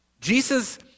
Jesus